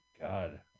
God